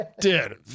dude